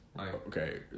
Okay